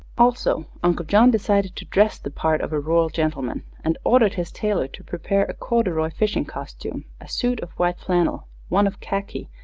also, uncle john decided to dress the part of a rural gentleman, and ordered his tailor to prepare a corduroy fishing costume, a suit of white flannel, one of khaki,